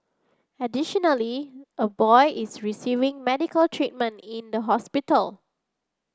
additionally a boy is receiving medical treatment in the hospital